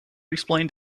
explained